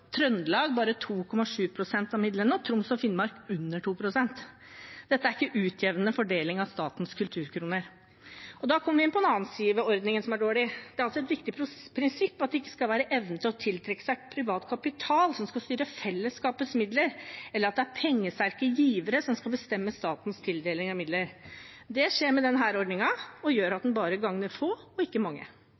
Trøndelag bare 2,7 pst. av midlene og Troms og Finnmark under 2 pst. Dette er ikke en utjevnende fordeling av statens kulturkroner. Da kommer vi inn på en annen side ved ordningen som er dårlig. Det er alltid et viktig prinsipp at det ikke skal være evnen til å tiltrekke seg privat kapital som skal styre fellesskapets midler, eller at det er pengesterke givere som skal bestemme statens tildeling av midler. Det skjer med denne ordningen og gjør at den gagner bare få og ikke mange.